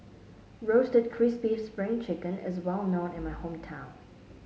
Roasted Crispy Spring Chicken is well known in my hometown